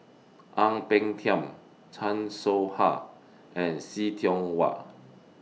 Ang Peng Tiam Chan Soh Ha and See Tiong Wah